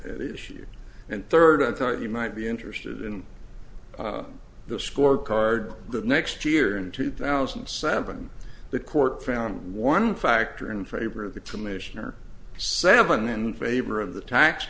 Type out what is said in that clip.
the issue and third i thought you might be interested in the score card the next year in two thousand and seven the court found one factor in favor of the commissioner seven in favor of the tax